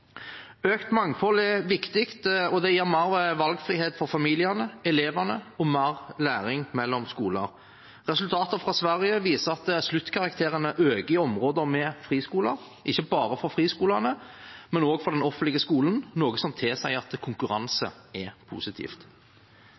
Økt mangfold er viktig. Det gir mer valgfrihet for familiene og elevene og mer læring mellom skoler. Resultater fra Sverige viser at sluttkarakterene blir bedre i områder med friskoler, og ikke bare i friskolene, men også i den offentlige skolen, noe som tilsier at konkurranse er positivt.